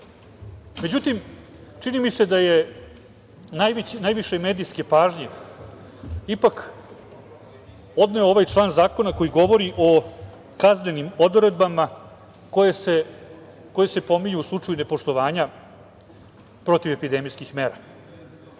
čini mi se da je najviše medijske pažnje ipak odneo ovaj član zakona koji govori o kaznenim odredbama koje se pominju u slučaju nepoštovanja protivepidemijskih mera